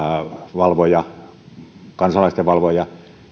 kansalaisten valvoja